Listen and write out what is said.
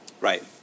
Right